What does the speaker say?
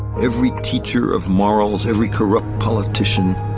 every teacher of morals. every corrupt politician.